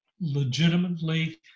legitimately